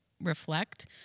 reflect